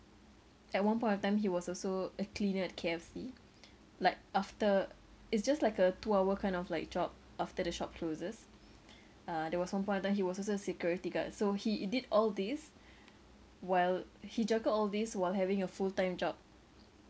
at one point of time he was also a cleaner at K_F_C like after it's just like a two hour kind of like job after the shop closes uh there was one point of time he was also a security guard so he did all this while he juggled all these while having a full-time job